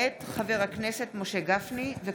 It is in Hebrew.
מאת חבר הכנסת ניצן הורוביץ,